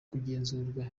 kugenzurwa